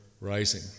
rising